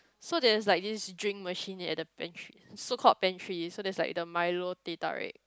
so there is like this drink machine at the pa~ so called pantry so there is like the milo teh-tarik